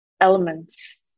elements